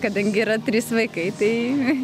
kadangi yra trys vaikai tai